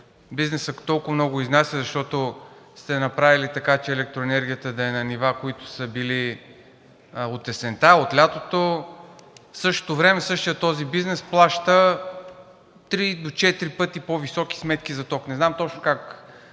бизнесът толкова много изнася, защото сте направили така, че електроенергията да е на нивата, които са били от есента, от лятото, а в същото време същият този бизнес плаща три до четири пъти по-високи сметки за ток. Не знам точно как